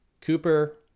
Cooper